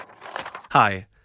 Hi